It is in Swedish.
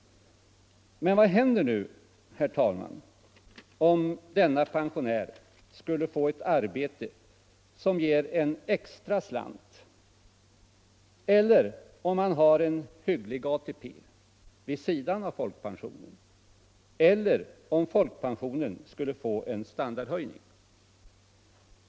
Men vad händer, herr talman, om denne pensionär skulle få ett arbete som ger en extra slant, eller om han har en hygglig ATP vid sidan av folkpensionen, eller om folkpensionen skulle få en standardhöjning?